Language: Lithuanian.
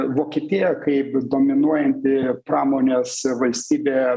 vokietija kaip dominuojanti pramonės valstybė